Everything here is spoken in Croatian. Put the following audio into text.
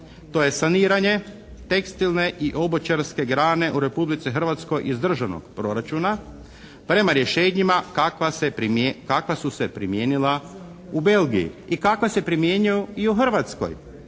to je saniranje tekstilne i obućarske grane u Republici Hrvatskoj iz državnog proračuna prema rješenjima kakva su se primijenila u Belgiji i kakva se primjenjuju i u Hrvatskoj.